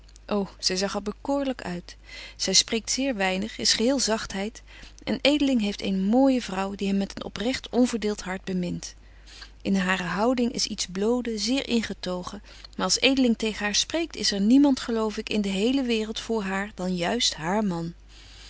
zy zag er bekoorlyk uit zy spreekt zeer weinig is geheel zagtheid en edeling heeft eene mooije vrouw die hem met een oprecht onbetje wolff en aagje deken historie van mejuffrouw sara burgerhart verdeelt hart bemint in hare houding is iets blode zeer ingetogen maar als edeling tegen haar spreekt is er niemand geloof ik in de hele waereld voor haar dan juist haar man